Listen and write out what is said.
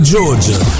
Georgia